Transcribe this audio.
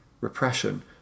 repression